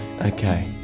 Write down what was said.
Okay